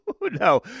No